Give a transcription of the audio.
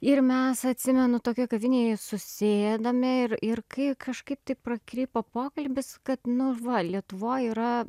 ir mes atsimenu tokioj kavinėj susėdome ir ir kai kažkaip taip pakrypo pokalbis kad nu va lietuvoj yra